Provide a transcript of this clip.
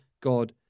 God